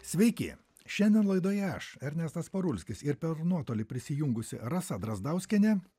sveiki šiandien laidoje aš ernestas parulskis ir per nuotolį prisijungusi rasa drazdauskienė